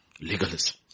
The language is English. Legalism